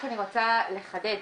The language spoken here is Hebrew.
רק אני רוצה לחדד.